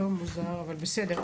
זה מוזר, אבל בסדר.